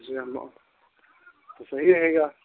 इसलिए हम लोग तो सही रहेगा